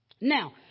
Now